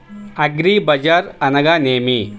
అగ్రిబజార్ అనగా నేమి?